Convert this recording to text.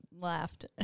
laughed